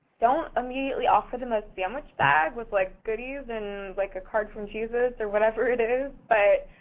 don't immediately offer them a sandwich bag with, like, goodies and, like, a card from jesus or whatever it it is but